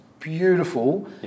beautiful